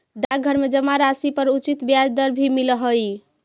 डाकघर में जमा राशि पर उचित ब्याज दर भी मिलऽ हइ